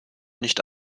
nicht